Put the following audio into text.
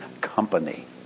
company